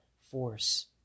force